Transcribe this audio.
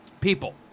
People